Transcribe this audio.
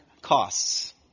costs